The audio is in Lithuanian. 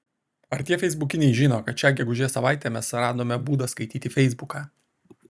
ar tie feisbukiniai žino kad šią gegužės savaitę mes radome būdą skaityti feisbuką